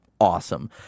awesome